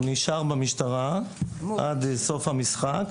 הוא נשאר במשטרה עד סוף המשחק.